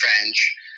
French